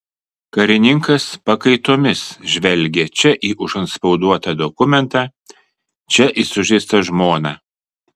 karininkas pakaitomis žvelgė čia į užantspauduotą dokumentą čia į sužeistą žmoną